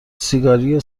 سیگاری